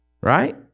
right